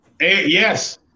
Yes